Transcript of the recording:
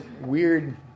weird